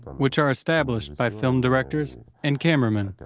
which are established by film directors and cameramen,